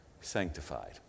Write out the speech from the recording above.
sanctified